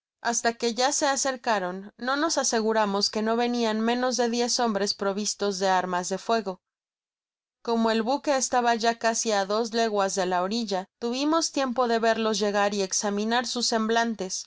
hasta que ya se acercaron no nos aseguramos que no venian menos de diez hombres provistos de armas de fuego como el buque estaba casi á dos leguas de la orilla tuvimos tiempo do verlos llegar y examinar sus semblantes